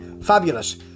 Fabulous